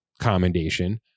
commendation